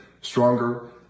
stronger